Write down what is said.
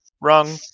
Wrong